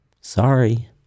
Sorry